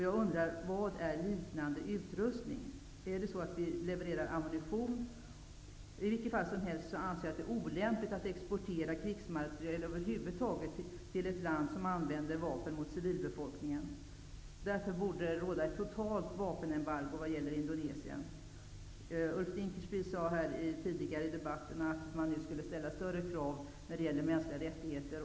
Jag undrar: Vad är ''liknande utrustning''? Leverar vi ammunition? I vilket fall som helst anser jag att det är olämpligt att exportera krigsmateriel över huvud taget till ett land som använder vapen mot civilbefolkningen. Därför borde det råda ett totalt vapenembargo när det gäller Indonesien. Ulf Dinkelspiel sade tidigare i debatten att man nu skulle ställa större krav när det gäller mänskliga rättigheter.